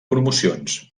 promocions